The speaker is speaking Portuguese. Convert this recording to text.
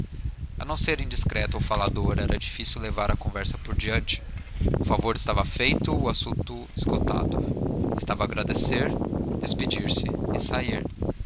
a não ser indiscreto ou falador era difícil levar a conversa por diante o favor estava feito o assunto esgotado restava agradecer despedir-se e sair